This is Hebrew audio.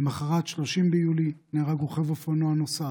למוחרת, 30 ביולי, נהרג רוכב אופנוע נוסף,